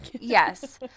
Yes